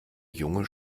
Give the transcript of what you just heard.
junge